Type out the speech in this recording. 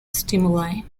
stimuli